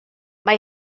mae